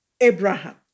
Abraham